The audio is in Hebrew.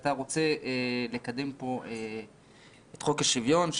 שאתה רוצה לקדם פה את חוק השוויון,